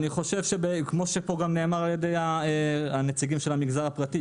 כפי שנאמר פה על ידי נציגי המגזר הפרטי,